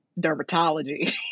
dermatology